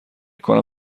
کنم